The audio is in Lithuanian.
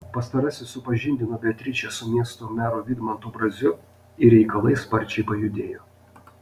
pastarasis supažindino beatričę su miesto meru vidmantu braziu ir reikalai sparčiai pajudėjo